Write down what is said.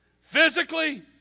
physically